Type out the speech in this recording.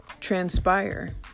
transpire